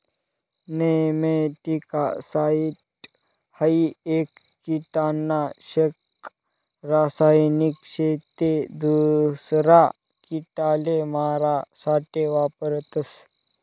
nematicide हाई एक किडानाशक रासायनिक शे ते दूसरा किडाले मारा साठे वापरतस